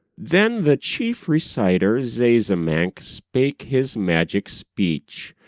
then the chief reciter zazamankh spake his magic speech.